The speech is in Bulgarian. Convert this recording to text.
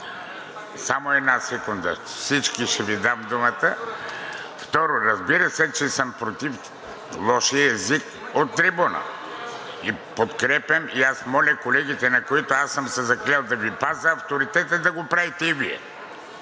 Само една секунда! На всички ще Ви дам думата. Второ, разбира се, че съм против лошия език от трибуната. Подкрепям и моля колегите, на които съм се заклел да Ви пазя авторитета, да го правите и Вие.